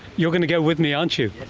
you're going to go with me, aren't you.